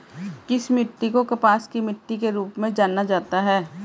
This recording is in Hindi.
किस मिट्टी को कपास की मिट्टी के रूप में जाना जाता है?